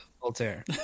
Voltaire